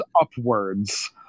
upwards